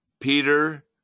Peter